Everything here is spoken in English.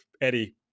Eddie